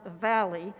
Valley